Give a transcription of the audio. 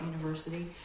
University